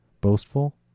boastful